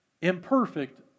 Imperfect